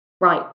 right